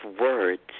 words